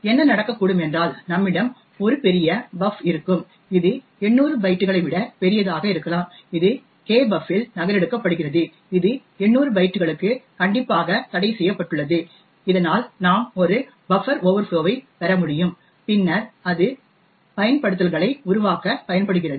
என்ன நடக்கக்கூடும் என்றால் நம்மிடம் ஒரு பெரிய buf இருக்கும் இது 800 பைட்டுகளை விட பெரியதாக இருக்கலாம் இது kbuf இல் நகலெடுக்கப்படுகிறது இது 800 பைட்டுகளுக்கு கண்டிப்பாக தடைசெய்யப்பட்டுள்ளது இதனால் நாம் ஒரு பஃப்பர் ஓவர்ஃப்ளோ ஐ பெற முடியும் பின்னர் அது பயன்படுத்தல்களை உருவாக்க பயன்படுகிறது